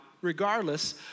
regardless